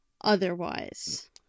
otherwise